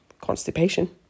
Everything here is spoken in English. constipation